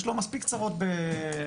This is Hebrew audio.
יש לו מספיק צרות ברמלה,